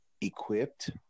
equipped